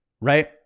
right